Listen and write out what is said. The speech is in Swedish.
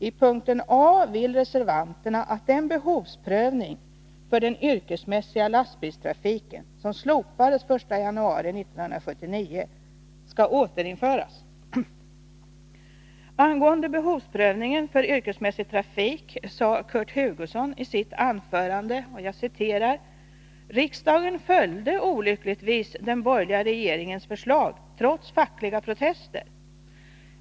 I den första punkten vill reservanterna att den behovsprövning för den yrkesmässiga lastbilstrafiken som slopades den 1 januari 1979 skall återinföras. Angående behovsprövningen för yrkesmässig trafik sade Kurt Hugosson i sitt anförande att riksdagen 1978 olyckligtvis följde den borgerliga regeringens förslag trots fackliga protester.